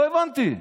לא הבנתי,